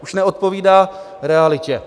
Už neodpovídá realitě.